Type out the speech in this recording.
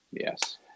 Yes